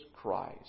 Christ